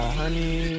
honey